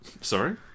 Sorry